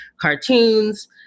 cartoons